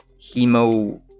hemo